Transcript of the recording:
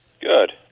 Good